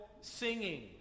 singing